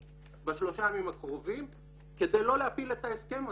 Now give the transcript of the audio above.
--- בשלושה הימים הקרובים כדי לא להפיל את ההסכם הזה,